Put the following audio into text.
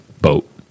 boat